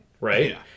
right